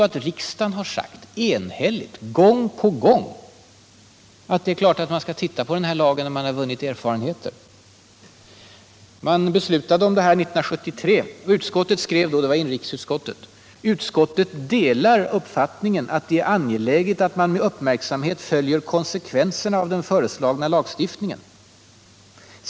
Men riksdagen har ju gång på gång enhälligt sagt ifrån att det är klart att man skall se över lagen när man 165 vunnit erfarenheter. Man fattade beslut 1973 och inrikesutskottet skrev då: ”Utskottet delar uppfattningen att det är angeläget att man med uppmärksamhet följer konsekvenserna av den föreslagna lagstiftningen.